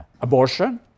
abortion